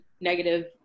negative